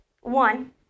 One